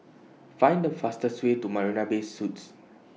Find The fastest Way to Marina Bay Suites